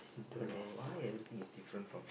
oh why everything is different from